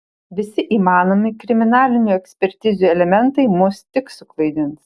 visi įmanomi kriminalinių ekspertizių elementai mus tik suklaidins